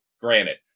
granted